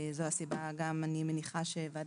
זאת המקריות הזאת שבגלל שמישהו גם עשה את